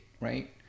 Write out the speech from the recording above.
right